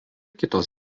kitos